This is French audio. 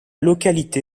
localité